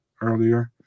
earlier